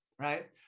right